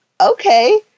okay